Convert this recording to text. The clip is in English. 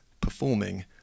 performing